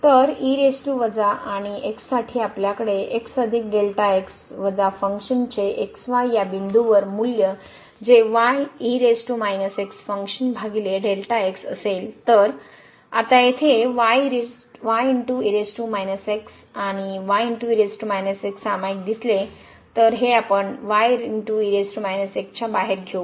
तर आणि x साठी आपल्याकडे वजा फंक्शन चे या बिंदूवर मूल्य जे भागिले असेल तर आता येथे जर आणि सामाईक दिसले तर हे आपण हे च्या बाहेर घेऊ